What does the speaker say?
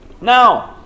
Now